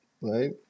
Right